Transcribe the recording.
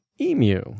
emu